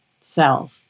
self